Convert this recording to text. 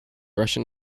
russian